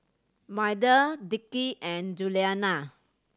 Maida Dickie and Juliana